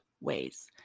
ways